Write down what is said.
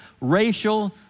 racial